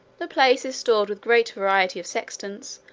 the place is stored with great variety of sextants,